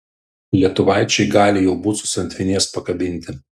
lietuvaičiai gali jau bucus ant vinies pakabinti